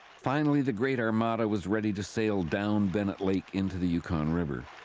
finally the great armada was ready to sail down bennett lake into the yukon river.